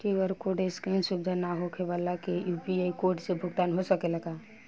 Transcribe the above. QR code scan सुविधा ना होखे वाला के यू.पी.आई कोड से भुगतान हो सकेला का?